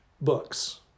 books